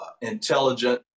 intelligent